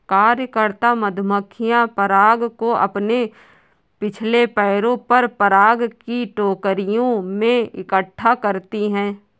कार्यकर्ता मधुमक्खियां पराग को अपने पिछले पैरों पर पराग की टोकरियों में इकट्ठा करती हैं